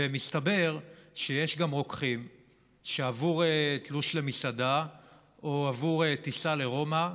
ומסתבר שיש גם רוקחים שעבור תלוש למסעדה או עבור טיסה לרומא,